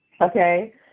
okay